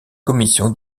commission